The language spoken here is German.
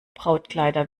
brautkleider